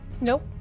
Nope